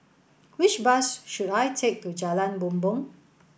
which bus should I take to Jalan Bumbong